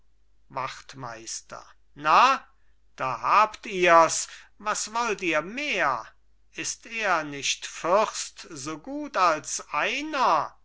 wachtmeister na da habt ihrs was wollt ihr mehr ist er nicht fürst so gut als einer